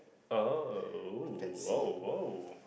oh ooh oh oh